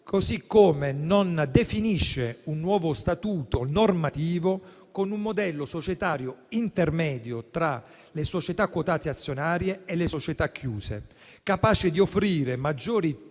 così come non definisce un nuovo statuto normativo con un modello societario intermedio tra le società quotate azionarie e le società chiuse, capace di offrire maggiori